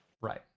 Right